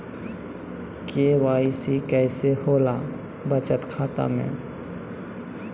KYC कैसे होला बचत खाता में?